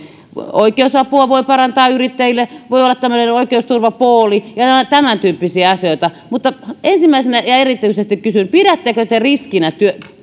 oikeusapua voi parantaa yrittäjille voi olla tämmöinen oikeusturvapooli ja ja tämäntyyppisiä asioita mutta ensimmäisenä ja erityisesti kysyn pidättekö te riskinä